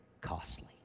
costly